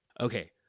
Okay